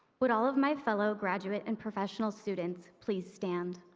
would all of my fellow graduate and professional students please stand?